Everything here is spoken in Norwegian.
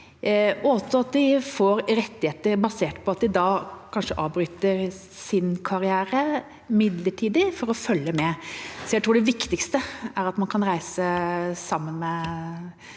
også at de får rettigheter basert på at de da kanskje avbryter sin karriere midlertidig for å følge med. Jeg tror det viktigste er at man kan reise sammen med